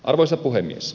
arvoisa puhemies